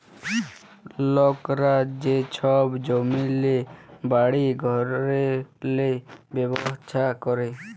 লকরা যে ছব জমিল্লে, বাড়ি ঘরেল্লে ব্যবছা ক্যরে